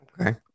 okay